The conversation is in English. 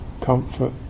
comfort